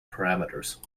parameters